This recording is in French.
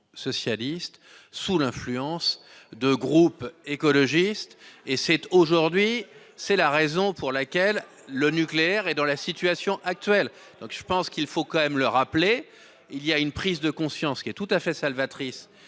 socialistes sous l'influence de groupes écologistes et c'est aujourd'hui. C'est la raison pour laquelle le nucléaire et dans la situation actuelle. Donc je pense qu'il faut quand même le rappeler. Il y a une prise de conscience qui est tout à fait salvatrice